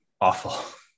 awful